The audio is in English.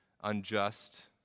unjust